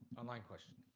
online question.